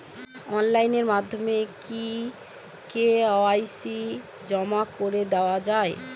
Online মাধ্যমে কি KYC জমা করে দেওয়া য়ায়?